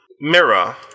mirror